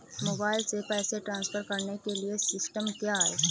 Mobile से पैसे transfer करने के लिए सिस्टम क्या है?